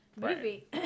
movie